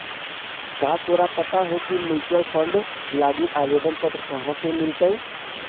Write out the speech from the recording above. का तोरा पता हो की म्यूचूअल फंड लागी आवेदन पत्र कहाँ से मिलतई?